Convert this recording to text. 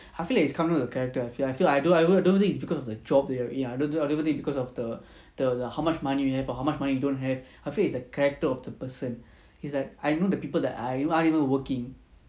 I feel like it's coming of the character I feel I feel like I don't think it's because the job that you are in ya I don't even think because of the the the how much money you have or how much money you don't I feel it's the character of the person he's like I know the people that are aren't even working